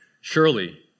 Surely